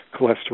cholesterol